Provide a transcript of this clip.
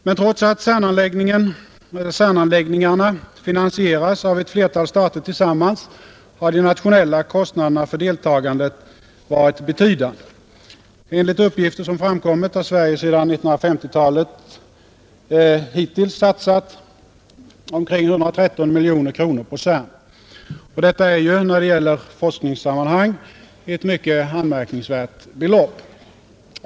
Men trots att CERN-anläggningarna finansieras av ett flertal stater tillsammans har de nationella kostnaderna för deltagandet varit betydande. Enligt uppgifter som framkommit har Sverige sedan 1950-talet hittills satsat omkring 113 miljoner kronor på CERN. Detta är — när det gäller forskningssammanhang — ett mycket aktningsvärt belopp.